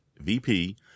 VP